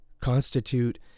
constitute